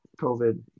COVID